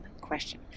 question